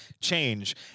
change